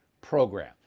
program